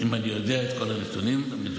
אם אני יודע את כל הנתונים המדויקים,